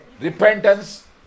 repentance